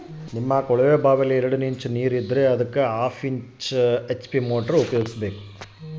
ನಮ್ಮ ಕೊಳವೆಬಾವಿಯಲ್ಲಿ ಎರಡು ಇಂಚು ನೇರು ಇದ್ದರೆ ಅದಕ್ಕೆ ಯಾವ ಮೋಟಾರ್ ಉಪಯೋಗಿಸಬೇಕು?